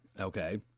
okay